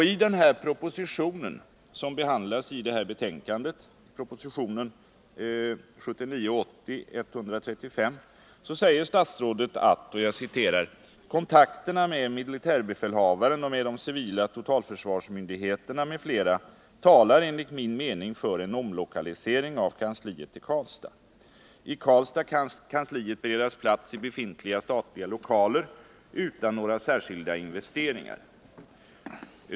I den proposition, 1979/80:135, som behandlas i betänkandet säger statsrådet: ”De nämnda kontakterna med militärbefälhavaren och med de civila totalförsvarsmyndigheterna m.fl. talar enligt min mening för en omlokalisering av kansliet till Karlstad. I Karlstad kan kansliet beredas plats i befintliga statliga lokaler utan några särskilda investeringar.